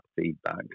feedback